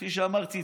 כפי שאמרתי,